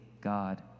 God